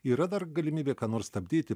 yra dar galimybė ką nors stabdyti